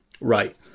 Right